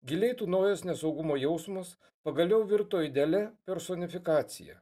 giliai tūnojęs nesaugumo jausmas pagaliau virto idealia personifikacija